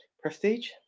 Prestige